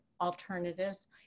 alternatives